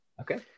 Okay